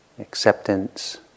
Acceptance